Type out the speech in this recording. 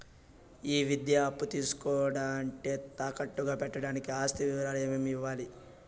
ఈ విద్యా అప్పు తీసుకోవాలంటే తాకట్టు గా పెట్టడానికి ఆస్తి వివరాలు ఏమేమి ఇవ్వాలి?